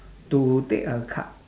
to take a cut